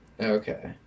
okay